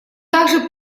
также